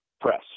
press